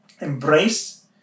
Embrace